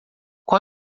qual